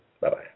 Bye-bye